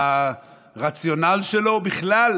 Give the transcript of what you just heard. והרציונל שלו הוא בכלל